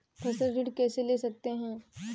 फसल ऋण कैसे ले सकते हैं?